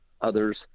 others